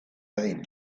dadin